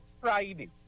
Friday